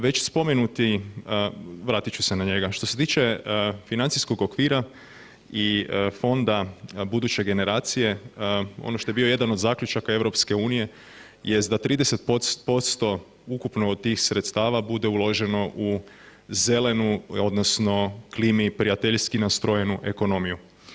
Već spomenuti, vratit ću se na njega, što se tiče financijskog okvira i fonda buduće generacije, ono što je bio jedan od zaključaka EU jest da 30% ukupno od tih sredstava bude uloženo u zelenu odnosno klimi prijateljski nastrojenu ekonomiju.